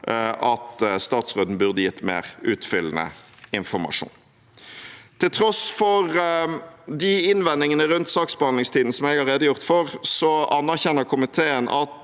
at statsråden burde ha gitt mer utfyllende informasjon. Til tross for de innvendingene rundt saksbehandlingstiden som jeg har redegjort for, anerkjenner komiteen at